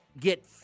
get